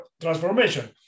transformation